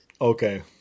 Okay